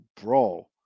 Bro